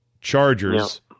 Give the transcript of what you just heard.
Chargers